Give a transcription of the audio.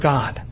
God